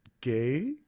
Gay